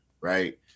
Right